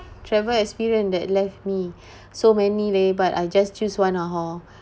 travel experience that left me so many leh but I just choose one lah hor